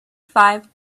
five